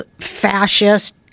fascist